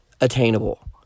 attainable